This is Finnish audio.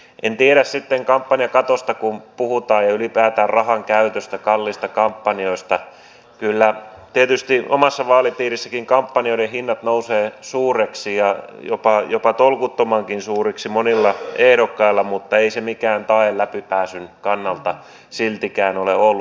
en tiedä sitten kun puhutaan kampanjakatosta ja ylipäätään rahan käytöstä kalliista kampanjoista kyllä tietysti omassa vaalipiirissänikin kampanjoiden hinnat nousevat suuriksi ja jopa tolkuttomankin suuriksi monilla ehdokkailla mutta ei se mikään tae läpipääsyn kannalta siltikään ole ollut